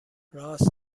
رآس